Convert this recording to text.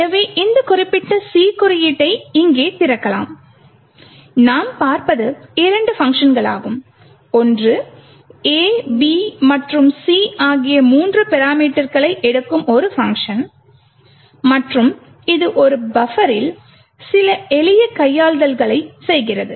எனவே இந்த குறிப்பிட்ட C கோட்டைத் இங்கே திறக்கலாம் நாம் பார்ப்பது இரண்டு பங்க்ஷன்களாகும் ஒன்று a b மற்றும் c ஆகிய மூன்று பராமீட்டர்களை எடுக்கும் ஒரு பங்க்ஷன் மற்றும் இது ஒரு பஃபரில் சில எளிய கையாளுதல்களைச் செய்கிறது